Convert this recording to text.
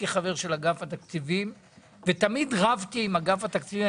תמיד הייתי חבר של אגף התקציבים ותמיד רבתי עם אגף התקציבים.